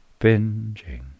Binging